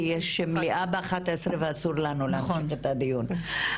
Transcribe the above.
כי יש מליאה בשעה 11:00 ואסור לנו להמשיך את הדיון אחרי השעה הזו.